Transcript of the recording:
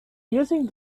using